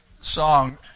song